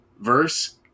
verse